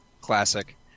Classic